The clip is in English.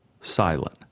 silent